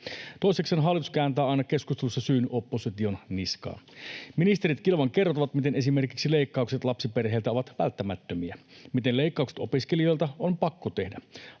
Toisekseen hallitus kääntää aina keskusteluissa syyn opposition niskaan. Ministerit kilvan kertovat, miten esimerkiksi leikkaukset lapsiperheiltä ovat välttämättömiä, miten leikkaukset opiskelijoilta on pakko tehdä.